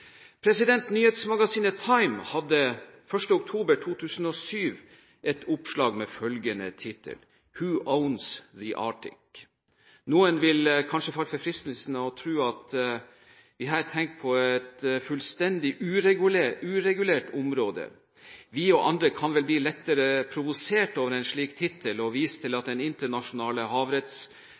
Nyhetsmagasinet TIME hadde 1. oktober 2007 et oppslag med følgende tittel: «Who Owns the Arctic?» Noen ville kanskje falt for fristelsen til å tro at de her tenker på et fullstendig uregulert område. Vi og andre kan vel bli lettere provosert over en slik tittel og vise til at den internasjonale